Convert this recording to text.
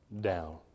down